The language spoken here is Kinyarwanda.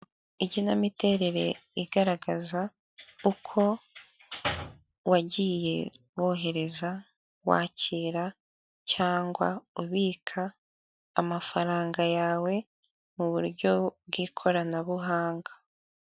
Igenamiterere igaragaza uko wagiye wohereza, wakira cyangwa ubika amafaranga yawe mu buryo bw'ikoranabuhanga .